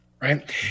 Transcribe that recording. Right